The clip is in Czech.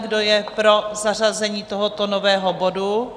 Kdo je pro zařazení tohoto nového bodu?